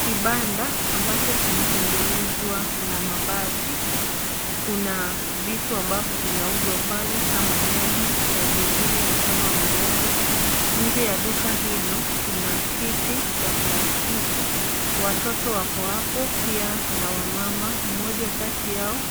Kibanda ambacho kimetengenezwa na mabati. Kuna vitu ambavyo vinauzwa pale kama nyanya na vingine ni kama mayai. Nje ya duka hilo tuna kiti cha plastiki, watoto wako hapo pia na wamama. Mmoja kati yao